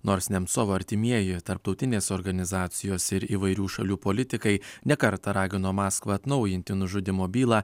nors nemcovo artimieji tarptautinės organizacijos ir įvairių šalių politikai ne kartą ragino maskvą atnaujinti nužudymo bylą